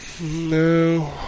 No